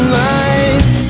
life